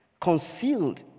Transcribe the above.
Concealed